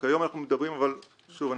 אבל שוב,